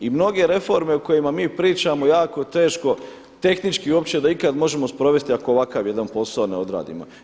I mnoge reforme o kojima mi pričamo jako teško tehnički uopće da ikad možemo sprovesti ako ovakav jedan posao ne odradimo.